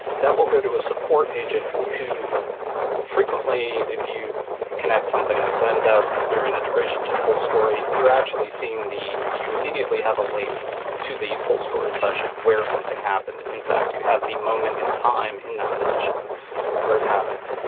that will go to a support agent who frequently if you connect something like zendesk through an integration to fullstory, you're actually seeing the you immediately have a link to the fullstory session where something happened. in fact, you have the moment in time in that session where it happened.